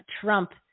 Trump